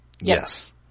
Yes